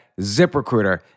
ZipRecruiter